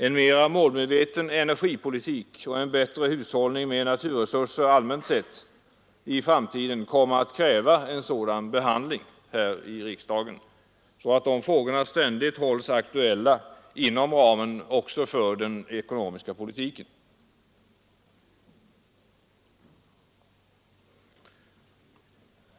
En mera målmedveten energipolitik och en bättre hushållning med naturresurser allmänt sett i framtiden kommer att kräva en sådan behandling här i riksdagen, att de frågorna ständigt hålls aktuella inom ramen också för den ekonomiska politiken.